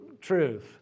truth